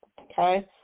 Okay